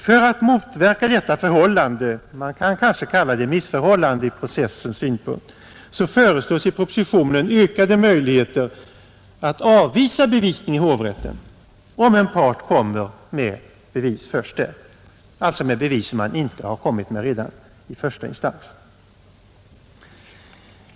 För att motverka detta förhållande — man kan kanske kalla det missförhållande ur processens synpunkt — föreslås i propositionen ökade möjligheter att avvisa bevisning i hovrätten, om en part kommer med bevis först där — alltså med bevis som han inte har kommit med redan i första instans.